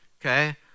okay